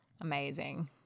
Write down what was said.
Amazing